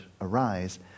arise